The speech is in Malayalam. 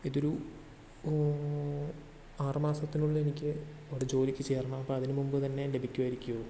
ഇതൊരു ആറു മാസത്തിനുള്ളിലെനിക്ക് എൻ്റെ ജോലിക്ക് ചേരണം അപ്പം അതിനു മുൻപു തന്നെ ലഭിക്കുമായിരിക്കുമോ